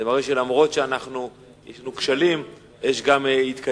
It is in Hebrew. זה מראה שאף שיש לנו כשלים, יש גם התקדמות.